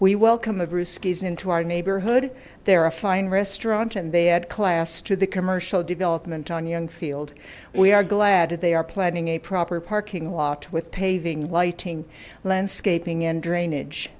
we welcome a brewskis into our neighborhood they're a fine restaurant and they add class to the commercial development on yonge field we are glad they are planning a proper parking lot with paving lighting landscaping and drainage